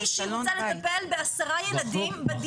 בסלון בית.